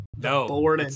No